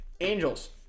Angels